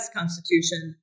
Constitution